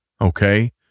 Okay